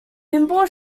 pinball